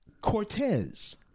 Cortez